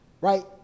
Right